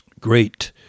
great